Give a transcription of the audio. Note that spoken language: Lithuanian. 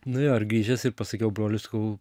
nu jo ir grįžęs ir pasakiau broliui sakau